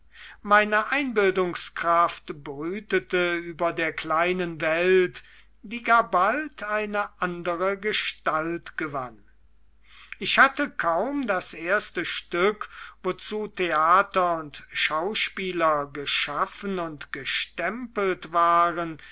meine einbildungskraft brütete über der kleinen welt die gar bald eine andere gestalt gewann ich hatte kaum das erste stück wozu theater und schauspieler geschaffen und gestempelt waren